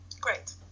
Great